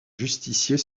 justicier